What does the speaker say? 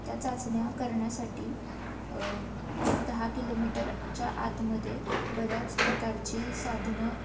त्या चाचण्या करण्यासाठी एक दहा किलोमीटरच्या आतमध्ये बऱ्याच प्रकारची साधनं